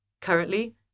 Currently